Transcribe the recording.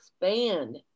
expand